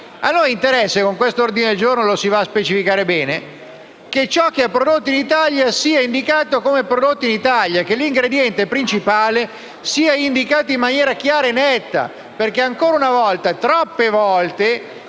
A noi interessa (e con questo ordine del giorno lo si specifica bene) che ciò che viene prodotto in Italia sia indicato come prodotto in Italia, che l'ingrediente principale sia indicato in maniera chiara e netta. Infatti, troppe volte